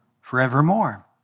forevermore